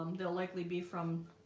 they'll likely be from